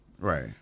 Right